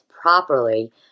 properly